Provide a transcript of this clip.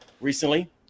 recently